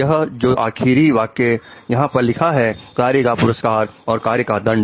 यह जो आखिरी वाक्य यहां पर लिखा है कार्य का पुरस्कार और कार्य का दंड